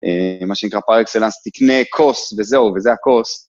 מה שנקרא פאר אקסלאנס, תקנה כוס, וזהו, וזה הכוס.